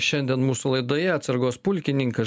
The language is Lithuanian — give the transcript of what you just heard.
šiandien mūsų laidoje atsargos pulkininkas